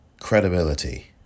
credibility